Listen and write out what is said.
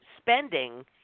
spending